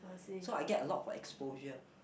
so I get a lot of exposure